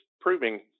proving